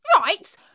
Right